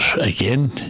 again